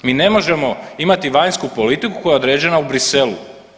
Mi ne možemo imati vanjsku politiku koja je određena u Bruxellesu.